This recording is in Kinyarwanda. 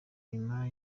inyuma